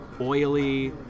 oily